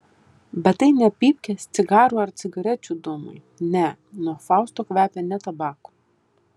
bet tai ne pypkės cigarų ar cigarečių dūmai ne nuo fausto kvepia ne tabaku